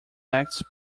acts